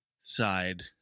side